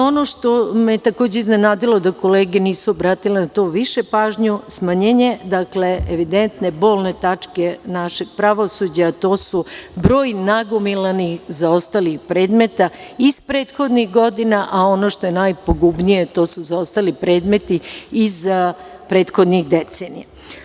Ono što me je takođe iznenadilo da kolege nisu obratile na to više pažnju, smanjenje, evidentno bolne tačke našeg pravosuđa, a to su broj nagomilanih zaostalih predmeta iz prethodnih godina, a ono što je najpogubnije to su zaostali predmeti iz prethodnih decenija.